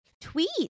tweet